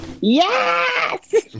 Yes